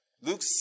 Luke